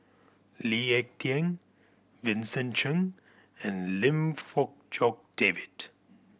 Lee Ek Tieng Vincent Cheng and Lim Fong Jock David